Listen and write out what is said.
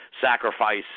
sacrifice